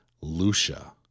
Lucia